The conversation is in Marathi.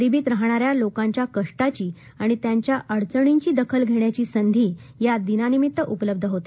गरिबीत राहणाऱ्या लोकांच्या कष्टाची आणि त्यांच्या अडचणींची दखल घेण्याची संधी या दिनानिमित उपलब्ध होते